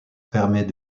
fermées